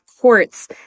courts